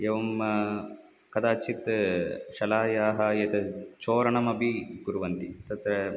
एवं कदाचित् शालायाः एतद् चोरणमपि कुर्वन्ति तथा